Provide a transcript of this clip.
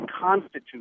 constitute